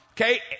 Okay